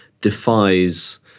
defies